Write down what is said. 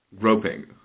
groping